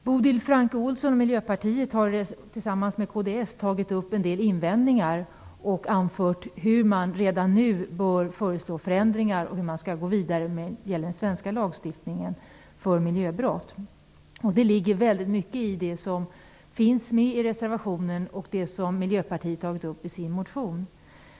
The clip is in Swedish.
Bodil Francke Ohlsson och Miljöpartiet har tillsammans med kds tagit upp en del invändningar och anfört hur man redan nu bör föreslå förändringar och hur man skall gå vidare med den svenska lagstiftningen när det gäller miljöbrott. Det ligger väldigt mycket i det som finns med i reservationen och det som Miljöpartiet har tagit upp i sin motion.